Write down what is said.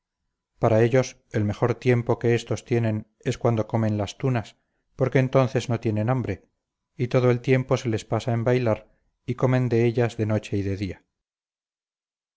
para ellos el mejor tiempo que éstos tienen es cuando comen las tunas porque entonces no tienen hambre y todo el tiempo se les pasa en bailar y comen de ellas de noche y de día